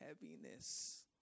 heaviness